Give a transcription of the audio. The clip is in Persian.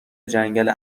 جنگل